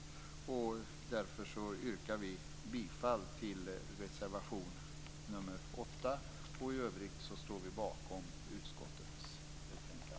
Vi yrkar bifall till reservation nr 8. I övrigt står vi bakom utskottets hemställan.